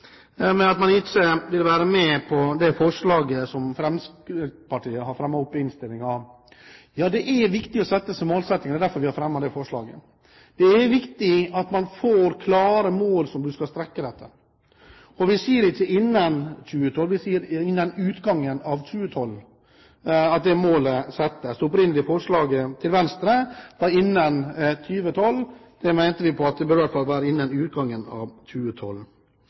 man ikke ville være med på det forslaget som Fremskrittspartiet har fremmet i innstillingen. Det er viktig å sette seg mål. Det er derfor vi har fremmet det forslaget. Det er viktig at man får klare mål å strekke seg etter. Og vi sier ikke at målet settes innen 2012, vi sier innen utgangen av 2012. Det opprinnelige forslaget til Venstre var innen 2012 – vi mente at det i hvert fall burde være innen utgangen av 2012.